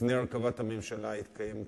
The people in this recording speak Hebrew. ולממשלה גם